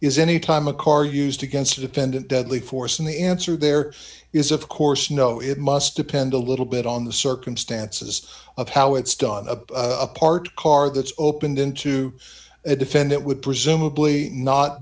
is any time a car used against a defendant deadly force and the answer there is of course no it must depend a little bit on the circumstances of how it's done a apart car that's opened into a defendant would presumably not